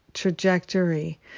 Trajectory